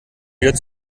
wieder